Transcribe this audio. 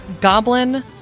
goblin